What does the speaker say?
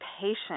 patient